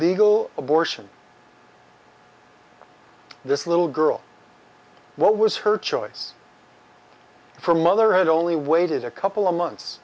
legal abortion this little girl what was her choice for mother only waited a couple of months